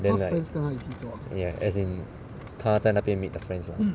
then like ya as in 她在那边 meet the friends lah